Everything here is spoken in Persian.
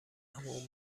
عمو